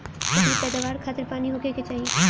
एकरी पैदवार खातिर पानी होखे के चाही